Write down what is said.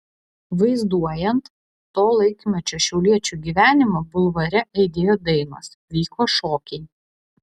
vaizduojant to laikmečio šiauliečių gyvenimą bulvare aidėjo dainos vyko šokiai